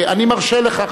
אני מרשה לך,